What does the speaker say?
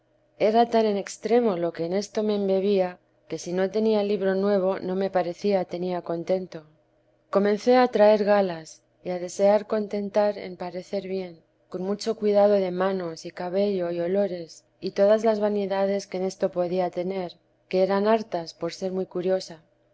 era tan en extremo lo que en esto me embebía que si no tenía libro nuevo no me parece tenía contento comencé a traer galas y a desear contentar en parecer bien con mucho cuidado de manos y cabello y olores y todas las vanidades que en esto podía tener que eran hartas por ser muy curiosa